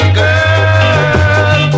girl